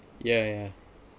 yeah yeah